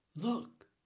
Look